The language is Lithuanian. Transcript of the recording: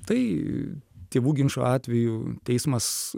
tai tėvų ginčo atveju teismas